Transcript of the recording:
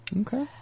Okay